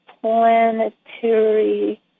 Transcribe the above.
planetary